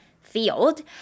field